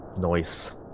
Noise